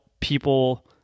people